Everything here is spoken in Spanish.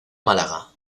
málaga